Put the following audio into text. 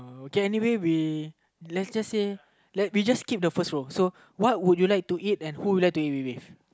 okay anyway we let's just say let we just keep the first row what would you like to eat and who you like to eat it with